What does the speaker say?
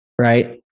right